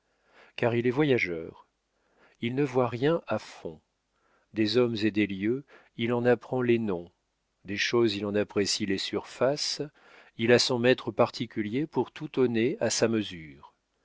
car il est voyageur il ne voit rien à fond des hommes et des lieux il en apprend les noms des choses il en apprécie les surfaces il a son mètre particulier pour tout auner à sa mesure